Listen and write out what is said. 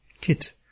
Kit